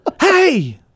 Hey